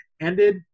Ended